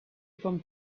from